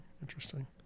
Interesting